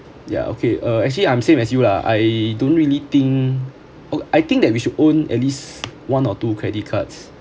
yeah okay uh actually I'm same as you lah I don't really think oh I think that we should own at least one or two credit cards